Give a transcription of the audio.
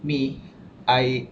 me I